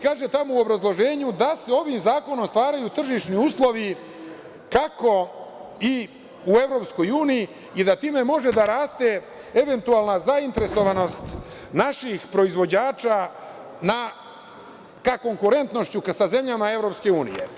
Kaže u obrazloženju da se ovim zakonom ostvaruju tržišni uslovi kako i u EU i da time može da raste eventualna zainteresovanost naših proizvođača ka konkurentnošću sa zemljama EU.